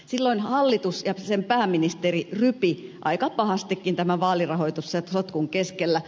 silloin hallitus ja sen pääministeri rypivät aika pahastikin tämän vaalirahoitussotkun keskellä